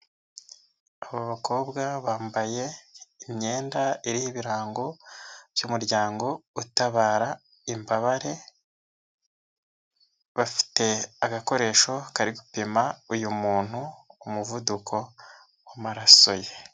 Aba bakobwa bambaye imyenda iriho ibirango by'umuryango utabara imbabare, bafite agakoresho kari gupima uyu muntu umuvuduko w'amaraso ye.